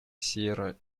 сьерра